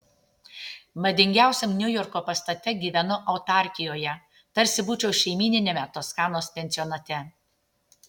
madingiausiam niujorko pastate gyvenu autarkijoje tarsi būčiau šeimyniniame toskanos pensionate